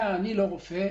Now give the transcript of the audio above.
אני לא רופא,